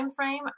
timeframe